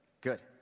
Good